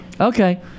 Okay